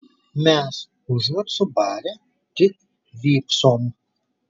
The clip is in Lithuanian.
mes užuot subarę tik vypsom